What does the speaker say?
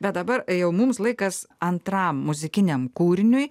bet dabar jau mums laikas antram muzikiniam kūriniui